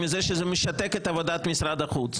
מזה שזה משתק את עבודת משרד החוץ.